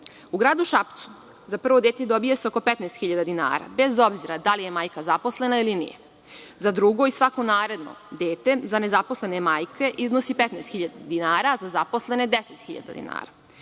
gradu Šapcu za prvo dete dobija se oko 15.000 dinara, bez obzira da li je majka zaposlena ili nije, za drugo i svako naredno dete za nezaposlene majke iznos je 15.000 dinara, a za zaposlene 10.000 dinara. Prema